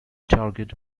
target